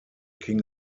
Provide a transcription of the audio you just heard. king